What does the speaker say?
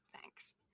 Thanks